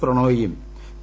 പ്രണോയിയും P